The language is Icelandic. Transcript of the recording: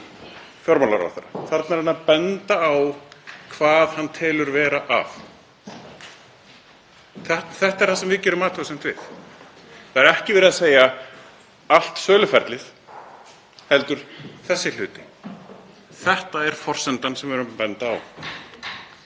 Þarna er hann að benda á hvað hann telur vera að. Þetta er það sem við gerum athugasemd við. Það er ekki verið að segja allt söluferlið heldur þessi hluti. Þetta er forsendan sem við erum að benda á.